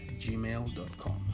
gmail.com